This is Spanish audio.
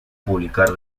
publicar